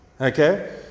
Okay